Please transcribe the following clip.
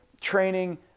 training